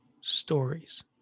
stories